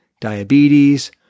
diabetes